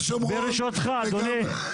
לימור סון הר מלך (עוצמה יהודית): --- על אפכם ועל חמתכם.